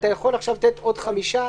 אתה יכול לתת עכשיו עוד חמישה,